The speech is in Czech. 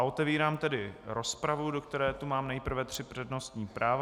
Otevírám tedy rozpravu, do které tu mám nejprve tři přednostní práva.